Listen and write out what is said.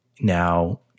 now